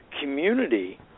community